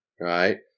right